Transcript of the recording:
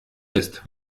ist